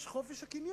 יש חופש הקניין.